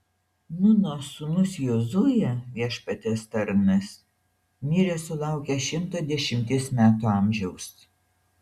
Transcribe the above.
nūno sūnus jozuė viešpaties tarnas mirė sulaukęs šimto dešimties metų amžiaus